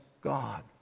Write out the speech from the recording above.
God